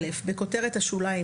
בכותרת השוליים,